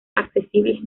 accesibles